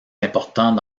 importants